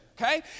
Okay